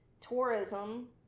tourism